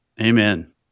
Amen